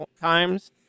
times